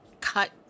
cut